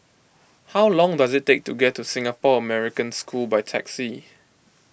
how long does it take to get to Singapore American School by taxi